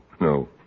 no